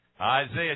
Isaiah